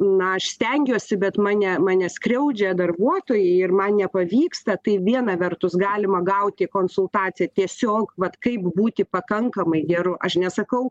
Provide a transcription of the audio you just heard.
na aš stengiuosi bet mane mane skriaudžia darbuotojai ir man nepavyksta tai viena vertus galima gauti konsultaciją tiesiog vat kaip būti pakankamai geru aš nesakau